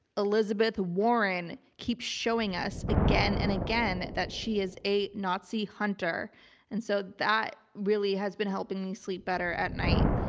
elizabeth warren keeps showing us again and again that that she is a nazi hunter and so that really has been helping me sleep better at night.